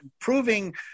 proving